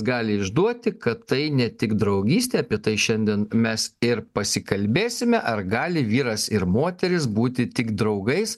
gali išduoti kad tai ne tik draugystė apie tai šiandien mes ir pasikalbėsime ar gali vyras ir moteris būti tik draugais